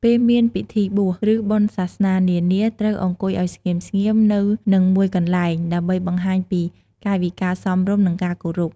ពេលមានពិធីបួស ឬបុណ្យសាសនា នានាត្រូវអង្គុយឲ្យស្ងៀមៗនៅនឹងមួយកន្លែង ដើម្បីបង្ហាញពីកាយវិការសមរម្យ និងការគោរព។